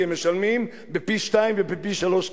כי הם משלמים פי שניים ופי שלושה.